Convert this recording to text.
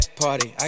party